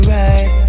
right